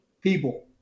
people